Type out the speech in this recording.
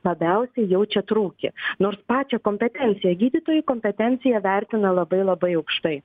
labiausiai jaučia trūkį nors pačią kompetenciją gydytojų kompetenciją vertina labai labai aukštai